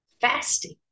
fasting